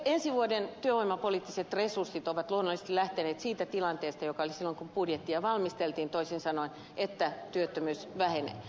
ensi vuoden työvoimapoliittiset resurssit ovat luonnollisesti lähteneet siitä tilanteesta joka oli silloin kun budjettia valmisteltiin toisin sanoen että työttömyys vähenee